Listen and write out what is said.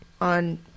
on